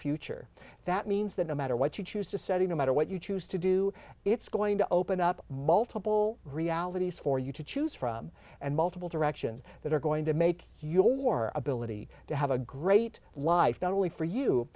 future that means that no matter what you choose to study no matter what you choose to do it's going to open up multiple realities for you to choose from and multiple directions that are going to make your ability to have a great life not only for you